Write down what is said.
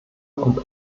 und